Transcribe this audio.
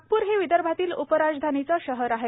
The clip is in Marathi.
नागपूर हे विदर्भातील उपराजधानीचे शहर आहे